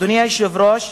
אדוני היושב-ראש,